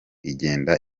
igenda